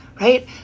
right